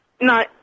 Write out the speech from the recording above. no